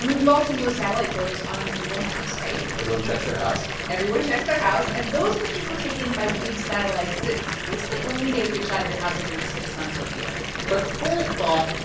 we've all seen those satellite photos on google maps, right? everyone checks their house everyone checks their house. and those pictures were taken by big satellites that basically only get a good shot of your house every six months or a year but planet thought,